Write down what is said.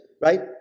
right